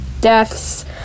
deaths